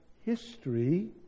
history